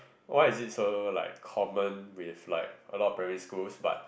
why is it so like common with a lot of primary schools but